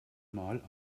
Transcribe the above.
mal